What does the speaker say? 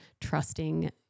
trusting